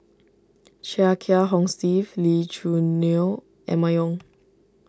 Chia Kiah Hong Steve Lee Choo Neo Emma Yong